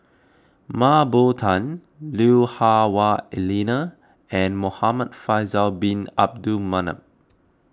Mah Bow Tan Lui Hah Wah Elena and Muhamad Faisal Bin Abdul Manap